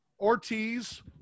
Ortiz